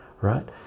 right